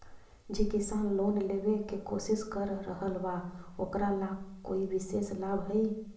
जे किसान लोन लेवे के कोशिश कर रहल बा ओकरा ला कोई विशेष लाभ हई?